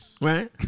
Right